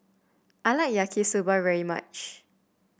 I like Yaki Soba very much